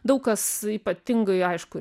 daug kas ypatingai aišku